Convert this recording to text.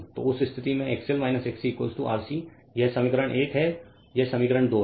तो उस स्थिति में XL XC RC यह समीकरण 1 है यह समीकरण 2 है